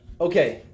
Okay